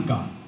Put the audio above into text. God